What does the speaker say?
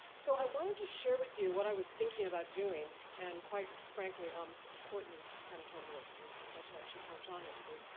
so i wanted to share with you what i was thinking about doing and quite frankly, um cortney, kinda kind of told me what to do, much like she told john what to do.